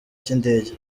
cy’indege